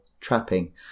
trapping